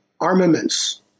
armaments